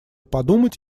подумать